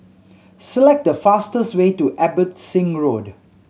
select the fastest way to Abbotsingh Road